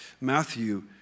Matthew